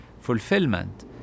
fulfillment